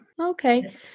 Okay